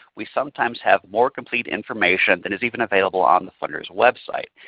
we sometimes have more complete information than is even available on the funder's website.